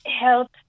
help